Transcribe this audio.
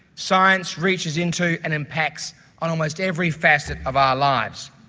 science reaches into and impacts on almost every facet of our lives.